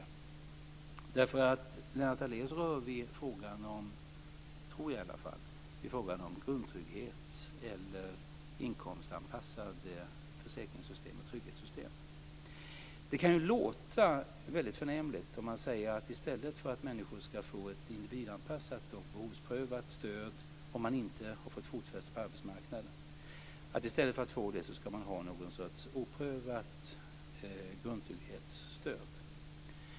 Jag tror att Lennart Daléus rör vid frågan om grundtrygghet eller inkomstanpassade försäkringssystem och trygghetssystem. Det kan låta väldigt förnämligt att människor, i stället för att få ett individanpassat och behovsprövat stöd om man inte har fått fotfäste på arbetsmarknaden, ska få någon sorts oprövat grundtrygghetsstöd.